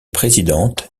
présidente